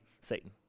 Satan